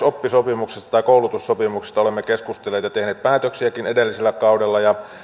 oppisopimuksesta tai koulutussopimuksesta olemme keskustelleet ja tehneet päätöksiäkin edellisellä kaudella ja